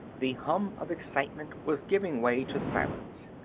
the hum of excitement was giving away to a silence,